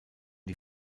die